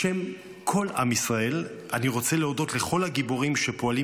בשם כל עם ישראל אני רוצה להודות לכל הגיבורים שפועלים